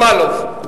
וגם שמאלוב יש לנו.